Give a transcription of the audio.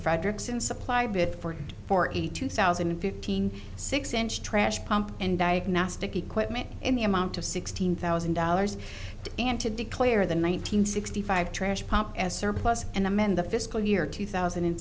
fredrickson supply bid for forty two thousand and fifteen six inch trash pump and diagnostic equipment in the amount of sixteen thousand dollars and to declare the nine hundred sixty five trash pump as surplus and amend the fiscal year two thousand and